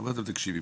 תקשיבי,